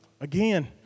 again